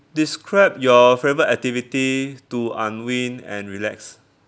describe your favourite activity to unwind and relax